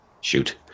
shoot